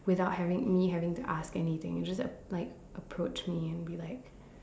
without having me having to ask anything it'll just like approach me and be like